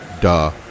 Duh